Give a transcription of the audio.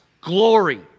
glory